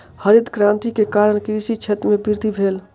हरित क्रांति के कारण कृषि क्षेत्र में वृद्धि भेल